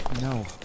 No